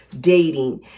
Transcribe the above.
dating